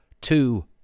two